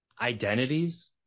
identities